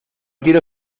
quiero